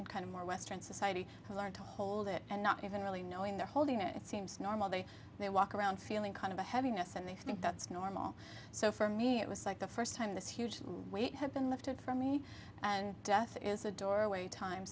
d kind of more western society who are to hold it and not even really knowing they're holding it seems normal they they walk around feeling kind of a heaviness and they think that's normal so for me it was like the first time this huge weight had been lifted from me and death is a doorway time